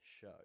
show